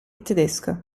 tedesco